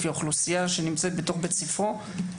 לפי האוכלוסייה שנמצאת בתוך בית ספרו.